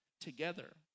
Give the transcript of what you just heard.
together